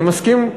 אני מסכים,